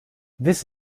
this